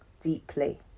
deeply